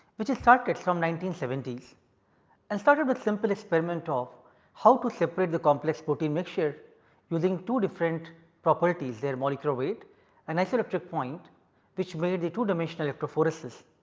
which is started from nineteen seventy s and started with simple experiment of how to separate the complex protein mixture using two different properties, their molecular weight and isoelectric point which made the two dimension electrophoresis.